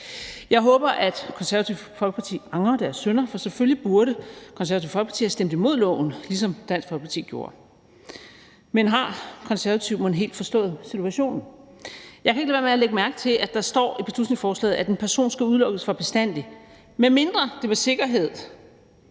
Jeg håber, at Det Konservative Folkeparti angrer deres synder, for selvfølgelig burde Det Konservative Folkeparti have stemt imod loven, ligesom Dansk Folkeparti gjorde. Men har De Konservative mon helt forstået situationen? Jeg kan ikke lade være med at lægge mærke til, at der står i beslutningsforslaget, at en person skal udelukkes for bestandig, medmindre det med sikkerhed